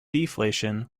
deflation